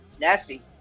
Nasty